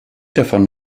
davon